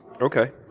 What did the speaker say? Okay